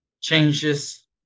changes